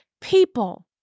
people